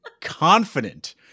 confident